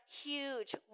huge